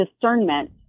discernment